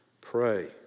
Pray